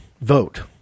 vote